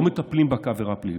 לא מטפלים בכך כעבירה פלילית.